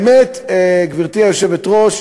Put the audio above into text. גברתי היושבת-ראש,